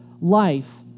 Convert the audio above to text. life